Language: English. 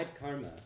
karma